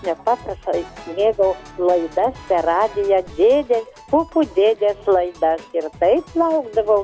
nepaprastai mėgau laidas per radiją dėdė pupų dėdės laidas ir taip laukdavau